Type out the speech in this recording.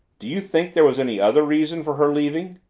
do you think there was any other reason for her leaving?